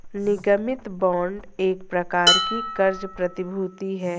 निगमित बांड एक प्रकार की क़र्ज़ प्रतिभूति है